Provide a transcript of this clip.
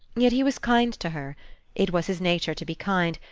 yet he was kind to her it was his nature to be kind,